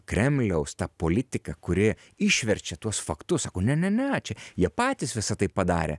kremliaus ta politika kuri išverčia tuos faktus sako ne ne ne čia jie patys visa tai padarė